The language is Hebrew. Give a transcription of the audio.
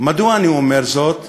מדוע אני אומר זאת?